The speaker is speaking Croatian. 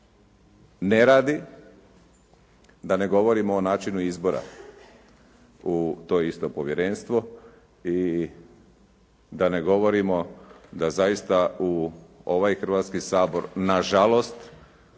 ne radi, da ne govorimo o načinu izbora u to isto povjerenstvo i da ne govorimo da zaista u ovaj Hrvatski sabor na žalost